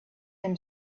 him